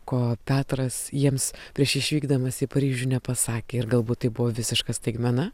ko petras jiems prieš išvykdamas į paryžių nepasakė ir galbūt tai buvo visiška staigmena